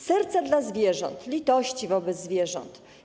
Serca dla zwierząt, litości wobec zwierząt.